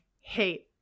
hate